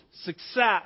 success